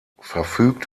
verfügt